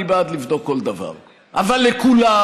אני בעד לבדוק כל דבר, אבל לכולם,